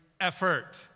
effort